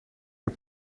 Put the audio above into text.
heb